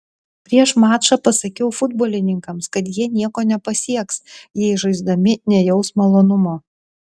prieš mačą pasakiau futbolininkams kad jie nieko nepasieks jei žaisdami nejaus malonumo